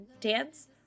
dance